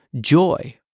joy